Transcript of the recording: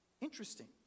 Interesting